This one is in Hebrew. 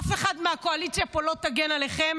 אף אחד מהקואליציה פה לא יגן עליכם.